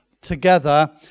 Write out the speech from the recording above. together